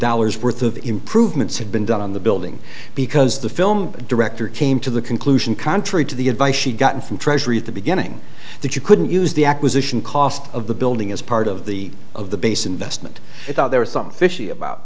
dollars worth of improvements had been done on the building because the film director came to the conclusion contrary to the advice she got from treasury at the beginning that you couldn't use the acquisition cost of the building as part of the of the base investment it out there are some fishy about